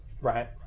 right